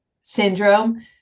syndrome